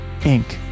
Inc